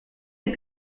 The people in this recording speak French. est